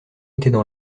étaient